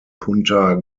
punta